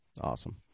Awesome